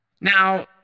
Now